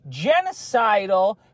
genocidal